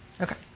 Okay